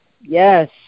Yes